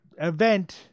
event